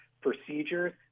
procedures